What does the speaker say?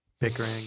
bickering